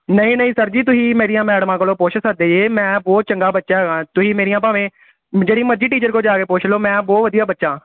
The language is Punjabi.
ਨਹੀਂ ਨਹੀਂ ਸਰ ਜੀ ਤੁਸੀਂ ਮੇਰੀਆਂ ਮੈਡਮਾਂ ਕੋੋੋਲੋਂ ਪੁੱਛ ਸਕਦੇ ਜੇ ਮੈਂ ਬਹੁਤ ਚੰਗਾ ਬੱਚਾ ਹੈਗਾ ਤੁਸੀਂ ਮੇਰੀਆਂ ਭਾਵੇਂ ਜਿਹੜੀ ਮਰਜ਼ੀ ਟੀਚਰ ਕੋਲ ਜਾ ਕੇ ਪੁੱਛੋ ਲੋ ਮੈਂ ਬਹੁਤ ਵਧੀਆ ਬੱਚਾ